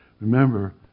Remember